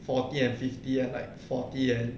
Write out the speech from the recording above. forty and fifty and like forty and